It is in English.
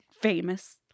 Famous